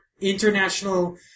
International